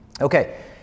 okay